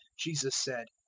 jesus said,